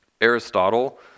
Aristotle